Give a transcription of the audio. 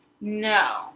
No